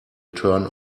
turn